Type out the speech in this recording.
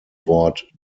wort